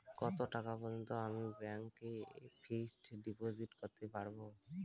কত টাকা পর্যন্ত আমি ব্যাংক এ ফিক্সড ডিপোজিট করতে পারবো?